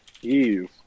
Ew